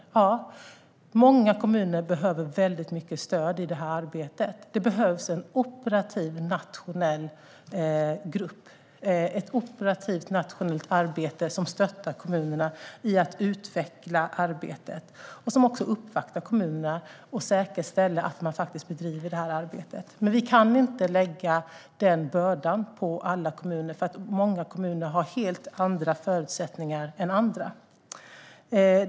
Ja, många kommuner behöver väldigt mycket stöd i det här arbetet. Det behövs en operativ nationell grupp som stöttar kommunerna i att utveckla arbetet och som också uppvaktar kommunerna och säkerställer att de bedriver detta arbete. Men vi kan inte lägga den bördan på alla kommuner, för många kommuner har helt andra förutsättningar än andra.